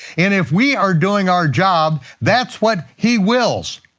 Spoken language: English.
and if we are doing our job, that's what he wills.